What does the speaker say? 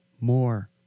more